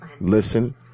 listen